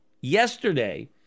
yesterday